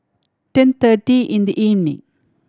ten thirty in the evening